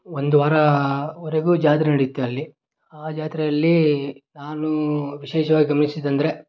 ಒಂದು ವಾರದವರೆಗೂ ಜಾತ್ರೆ ನಡೆಯುತ್ತೆ ಅಲ್ಲಿ ಆ ಜಾತ್ರೆಯಲ್ಲಿ ನಾನೂ ವಿಶೇಷವಾಗಿ ಗಮನಿಸಿದ್ದೆಂದ್ರೆ